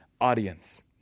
audience